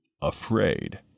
afraid